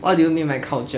what do you mean by culture